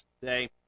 today